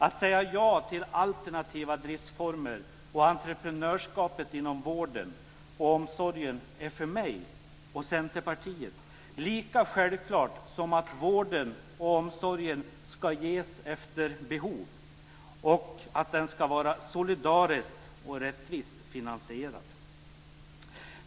Att säga ja till alternativa driftsformer och entreprenörskapet inom vården och omsorgen är för mig och Centerpartiet lika självklart som att vården och omsorgen ska ges efter behov och att den ska vara solidariskt och rättvist finansierad.